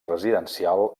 residencial